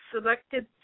selected